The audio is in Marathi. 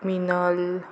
मिनल